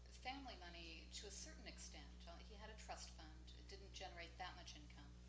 family money to a certain extent. he had a trust fund, it didn't generate that much income.